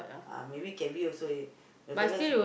uh maybe can be also eh the fellas